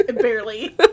barely